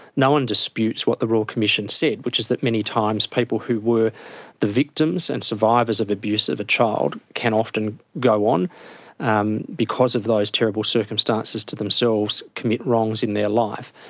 no one disputes what the royal commission said which is that many times people who were the victims and survivors of abuse as a child can often go on um because of those terrible circumstances to themselves commit wrongs in their life.